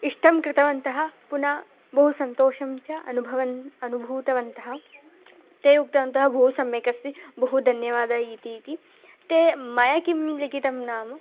इष्टं कृतवन्तः पुन बहु सन्तोषं च अनुभवन् अनुभूतवन्तः ते उक्तवन्तः बहु सम्यक् अस्ति बहु धन्यवादः इति इति ते मया किं लिखितं नाम्